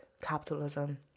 capitalism